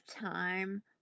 time